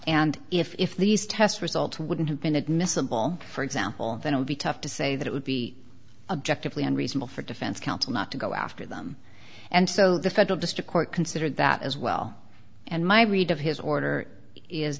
and if these test results wouldn't have been admissible for example then it would be tough to say that it would be objectively unreasonable for defense counsel not to go after them and so the federal district court considered that as well and my read of his order is